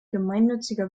gemeinnütziger